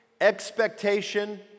expectation